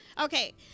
Okay